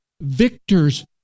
victors